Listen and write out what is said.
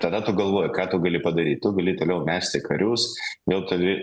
tada tu galvoji ką tu gali padaryt tu gali toliau mesti karius vėl toli